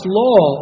law